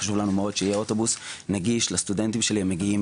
חשוב לנו מאוד שיהיה אוטובוס נגיש לסטודנטים שמגיעים